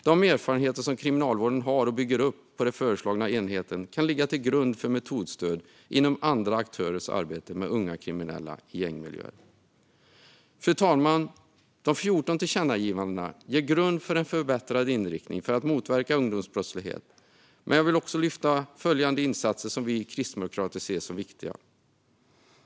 De erfarenheter som Kriminalvården har och bygger upp på den föreslagna enheten kan ligga till grund för metodstöd inom andra aktörers arbete med unga kriminella i gängmiljö. Fru talman! De 14 tillkännagivandena ger grund för en förbättrad inriktning för att motverka ungdomsbrottslighet, men jag vill även lyfta fram följande insatser som vi kristdemokrater ser som viktiga.